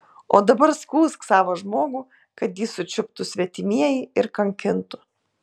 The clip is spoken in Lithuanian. o dabar skųsk savą žmogų kad jį sučiuptų svetimieji ir kankintų